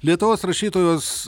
lietuvos rašytojos